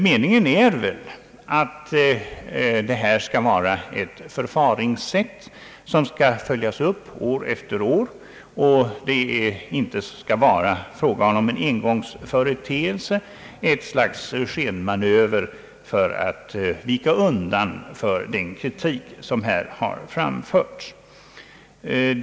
Meningen är väl att förfaringssättet skall följas upp år efter år och att det inte skall vara fråga om en engångsföreteelse, ett slags skenmanöver för att vika undan för den kritik som har framförts.